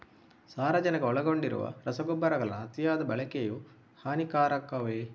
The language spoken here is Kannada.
ಸಾರಜನಕ ಒಳಗೊಂಡಿರುವ ರಸಗೊಬ್ಬರಗಳ ಅತಿಯಾದ ಬಳಕೆಯು ಹಾನಿಕಾರಕವೇ?